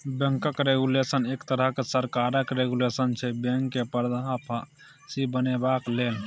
बैंकक रेगुलेशन एक तरहक सरकारक रेगुलेशन छै बैंक केँ पारदर्शी बनेबाक लेल